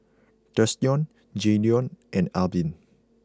Thurston Jaydon and Albin